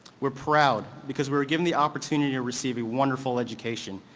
we're proud because we're given the opportunity to receive a wonderful education,